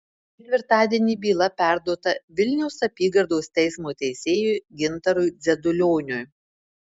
ketvirtadienį byla perduota vilniaus apygardos teismo teisėjui gintarui dzedulioniui